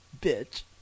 bitch